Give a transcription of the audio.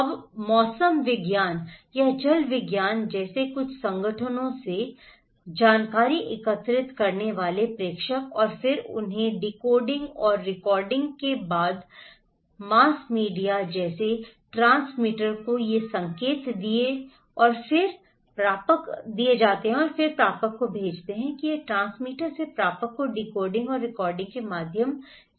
अब मौसम विज्ञान या जल विज्ञान जैसे कुछ संगठनों से जानकारी एकत्रित करने वाले प्रेषक और फिर उन्होंने डिकोडिंग और रिकोडिंग के बाद मास मीडिया जैसे ट्रांसमीटर को ये संकेत दिए और फिर वे इसे प्रापक को भेजते हैं और ये भी ट्रांसमीटर से प्रापक को डिकोडिंग और रीकोडिंग के माध्यम से जाते हैं